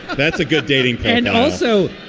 that's a good dating and also